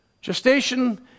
Gestation